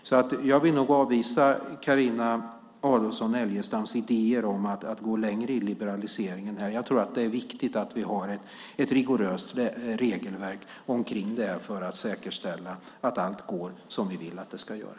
Därför vill jag nog avvisa Carina Adolfsson Elgestams idéer om att gå längre i liberaliseringen här. Jag tror att det är viktigt att vi har ett rigoröst regelverk omkring det här för att säkerställa att allt går som vi vill att det ska göra.